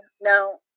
now